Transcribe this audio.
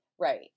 Right